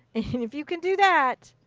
if you can do that,